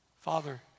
Father